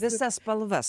visas spalvas